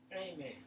Amen